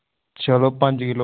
चलो पंज किल्लो